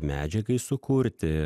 medžiagai sukurti